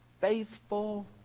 faithful